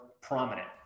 prominent